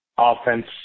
offense